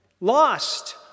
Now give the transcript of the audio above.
lost